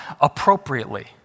appropriately